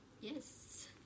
Yes